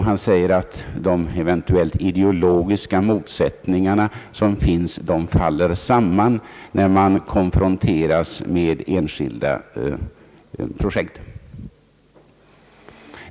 Han säger att de eventuella ideologiska motsättningar som finns faller samman när man konfronteras med enskilda projekt.